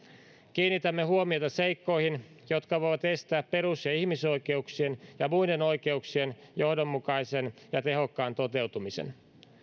kiinnitämme huomiota seikkoihin jotka voivat estää perus ja ihmisoikeuksien ja muiden oikeuksien johdonmukaisen ja tehokkaan toteutumisen